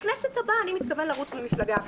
לכנסת הבאה אני מתכוון לרוץ במפלגה אחרת.